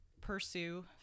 pursue